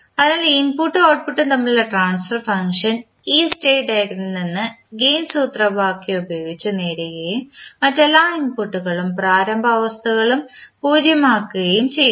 അതിനാൽ ഇൻപുട്ടും ഔട്ട്പുട്ടും തമ്മിലുള്ള ട്രാൻസ്ഫർ ഫംഗ്ഷൻ ഈ സ്റ്റേറ്റ് ഡയഗ്രാമിൽ നിന്ന് ഗെയിൻ സൂത്രവാക്യം ഉപയോഗിച്ച് നേടുകയും മറ്റ് എല്ലാ ഇൻപുട്ടുകളും പ്രാരംഭ അവസ്ഥകളും 0 ആക്കുകയും ചെയ്യുന്നു